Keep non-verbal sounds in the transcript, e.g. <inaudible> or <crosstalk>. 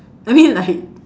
<laughs> I mean like